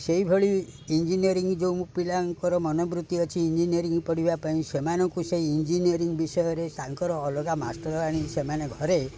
ସେଇଭଳି ଇଞ୍ଜିନିୟରିଂ ଯେଉଁ ପିଲାଙ୍କର ମନବୃତ୍ତି ଅଛି ଇଞ୍ଜିନିୟରିଂ ପଡ଼ିବା ପାଇଁ ସେମାନଙ୍କୁ ସେଇ ଇଞ୍ଜିନିୟରିଂ ବିଷୟରେ ତାଙ୍କର ଅଲଗା ମାଷ୍ଟର ଆଣି ସେମାନେ ଘରେ